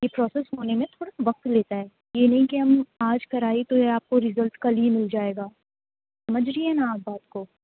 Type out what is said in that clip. یہ پروسس ہونے میں تھوڑا وقت لیتا ہے یہ نہیں کہ ہم آج کرائے تو یہ آپ کو رزلٹ کل ہی مل جائے گا سمجھ رہی ہیں نا آپ بات کو